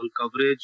coverage